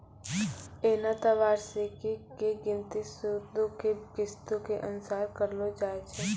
एना त वार्षिकी के गिनती सूदो के किस्तो के अनुसार करलो जाय छै